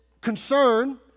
concern